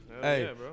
Hey